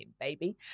baby